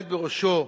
והעומדת בראשו,